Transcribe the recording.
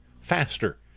faster